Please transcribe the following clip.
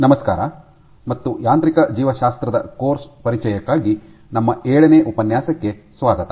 ನಮಸ್ಕಾರ ಮತ್ತು ಯಾಂತ್ರಿಕ ಜೀವಶಾಸ್ತ್ರದ ಕೋರ್ಸ್ ಪರಿಚಯಕ್ಕಾಗಿ ನಮ್ಮ ಏಳನೇ ಉಪನ್ಯಾಸಕ್ಕೆ ಸ್ವಾಗತ